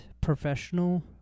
professional